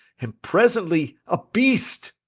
and presently a beast!